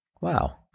Wow